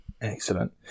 Excellent